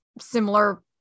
similar